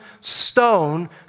stone